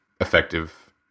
effective